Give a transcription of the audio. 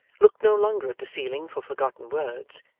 looked no longer at the ceiling for forgotten words,